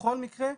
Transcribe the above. בכל מקרה,